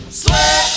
sweat